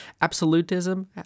Absolutism